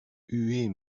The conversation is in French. huée